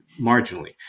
marginally